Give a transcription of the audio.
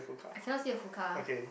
I cannot see a full car